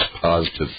positive